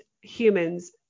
humans